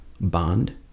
bond